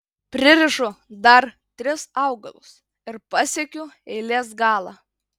pririšu dar tris augalus ir pasiekiu eilės galą